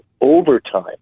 overtime